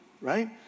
right